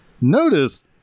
notice